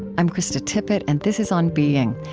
i'm krista tippett, and this is on being.